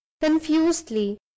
confusedly